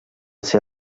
ser